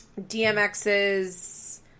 DMX's